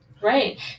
right